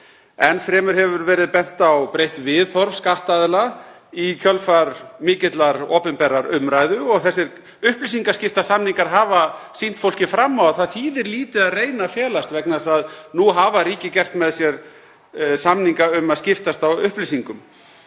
Enn fremur hefur verið bent á breytt viðhorf skattaðila í kjölfar mikillar opinberrar umræðu. Þessir upplýsingaskiptasamningar hafa sýnt fólki fram á að það þýðir lítið að reyna felast vegna þess að nú hafa ríki gert með sér samninga um að skiptast á upplýsingum.